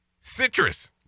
Citrus